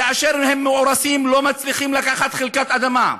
כאשר הם מאורסים, לא מצליחים לקחת חלקת אדמה.